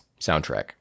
soundtrack